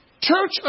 church